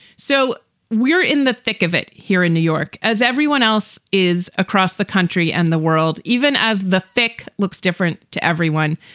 so we're in the thick of it here in new york as everyone else is across the country and the world, even as the thick looks different to everyone.